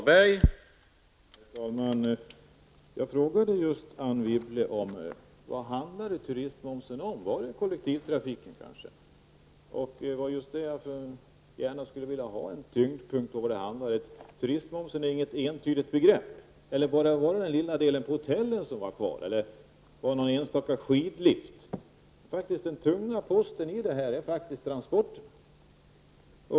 Herr talman! Jag frågade Anne Wibble om vad turistmomsen handlar om. Gäller det kollektivtrafiken? Jag skulle gärna vilja veta något om tyngdpunkten, eftersom turistmomsen inte är något entydigt begrepp. Var det bara den lilla delen som avser hotellen eller någon enstaka skidlift? Den tunga posten i det här sammanhanget är egentligen transporterna.